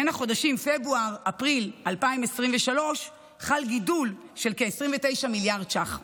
בין החודשים פברואר ואפריל 2023 חל גידול של כ-29 מיליארד ש"ח.